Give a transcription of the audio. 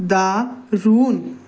দারুণ